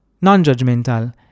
Non-judgmental